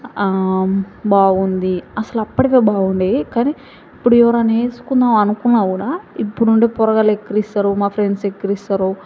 బాగుంది అసలు అప్పుడివే బావుండేవి కానీ ఇప్పుడు ఎవరైనా వేసుకుందాము అనుకున్నా కూడా ఇప్పుడు ఉండే పోరగాళ్ళే వెక్కిరిస్తారు మా ఫ్రెండ్స్ వెక్కిరిస్తారు